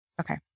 Okay